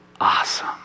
awesome